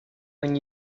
when